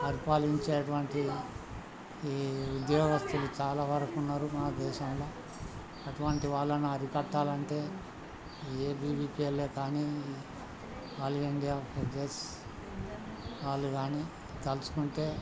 పరిపాలించే అటువంటి ఈ ఉద్యోగస్తులు చాలా వరకున్నారు మా దేశంలో అటువంటి వాళ్ళను అరికట్టాలంటే ఏ బీ వీ పీ వాళ్ళే కానీ ఆల్ ఇండియా ఫెడరేషన్ వాళ్ళు కానీ తలుచుకుంటే